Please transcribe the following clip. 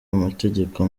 amategeko